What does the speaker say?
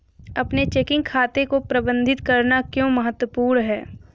अपने चेकिंग खाते को प्रबंधित करना क्यों महत्वपूर्ण है?